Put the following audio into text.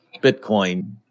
Bitcoin